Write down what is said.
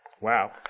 Wow